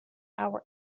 our